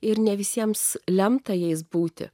ir ne visiems lemta jais būti